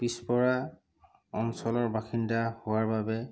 পিছ পৰা অঞ্চলৰ বাসিন্দা হোৱাৰ বাবে